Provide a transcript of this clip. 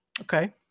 Okay